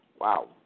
Wow